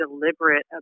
deliberate